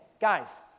guys